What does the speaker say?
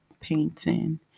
painting